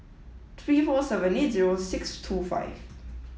three four seven eight zero six two five